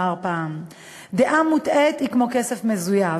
אמר פעם: "דעה מוטעית היא כמו כסף מזויף,